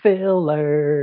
Filler